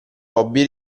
hobby